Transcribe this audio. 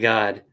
God